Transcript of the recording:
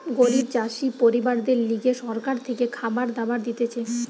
গরিব চাষি পরিবারদের লিগে সরকার থেকে খাবার দাবার দিতেছে